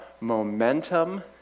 momentum